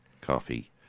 coffee